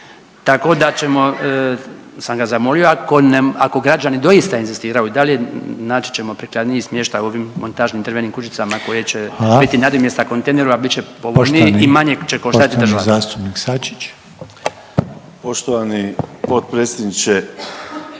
Tako da ćemo, zamolio sam ga ako građani doista inzistiraju dalje naći ćemo prikladniji smještaj u ovim montažnim drvenim kućicama koje će biti nadomjestak kontejneru a bit će povoljniji i manje će koštati državu. **Reiner,